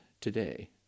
today